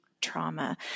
trauma